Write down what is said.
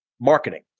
marketing